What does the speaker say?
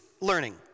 learning